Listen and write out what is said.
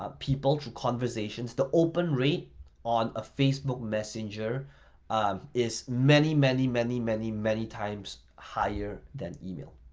ah people through conversation, the open rate on a facebook messenger is many, many, many, many, many times higher than email,